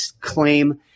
claim